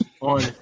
on